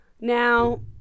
Now